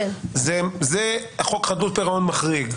זה חוק חדלות פירעון מחריג.